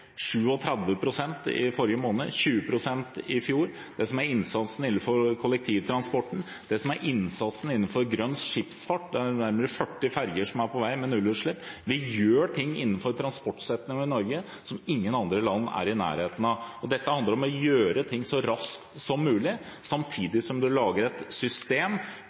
innsatsen innenfor grønn skipsfart – det er nærmere 40 ferjer med nullutslipp som er på vei. Vi gjør ting innenfor transportsektoren i Norge som ingen andre land er i nærheten av. Dette handler om å gjøre ting så raskt som mulig, samtidig som en lager et system,